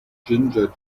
ginger